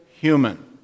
human